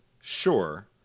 sure